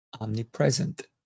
omnipresent